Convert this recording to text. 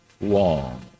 long